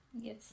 Yes